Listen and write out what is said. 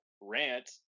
rant